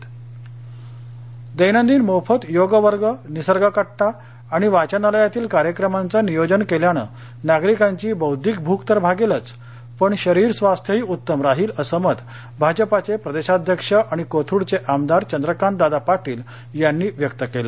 पाटील दैनंदिन मोफत योग वर्ग निसर्ग कट्टा आणि वाचनालयातील कार्यक्रमांचे नियोजन केल्याने नागरिकांची बौद्धिक भूक तर भागेलच पण शरीर स्वास्थ्य ही उत्तम राहील असं मत भाजपचे प्रदेशाध्यक्ष आणि कोथरूडचे आमदार चंद्रकांतदादा पाटील यांनी व्यक्त केलं